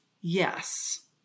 Yes